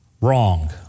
Wrong